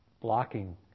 blocking